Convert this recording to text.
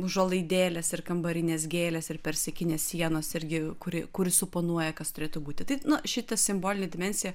užuolaidėlės ir kambarinės gėlės ir persikinės sienos irgi kuri kuri suponuoja kas turėtų būti tai nu šita simbolinė dimensija